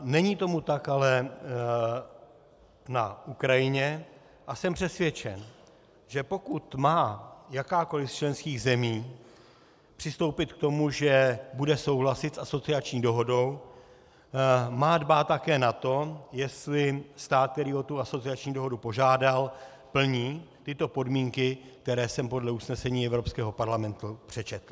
Není tomu tak ale na Ukrajině a jsem přesvědčen, že pokud má jakákoliv z členských zemí přistoupit k tomu, že bude souhlasit s asociační dohodou, má dbát také na to, jestli stát, který o tu asociační dohodu požádal, plní tyto podmínky, které jsem podle usnesení Evropského parlamentu přečetl.